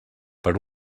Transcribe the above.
per